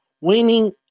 Winning